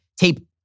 tape